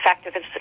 effective